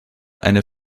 eine